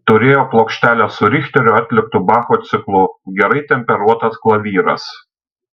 turėjo plokštelę su richterio atliktu bacho ciklu gerai temperuotas klavyras